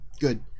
good